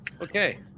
okay